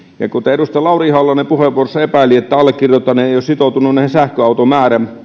ja kun edustaja lauri ihalainen puheenvuorossaan epäili että allekirjoittanut ei ole sitoutunut näihin sähköautomääriin